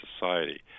society